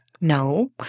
No